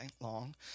long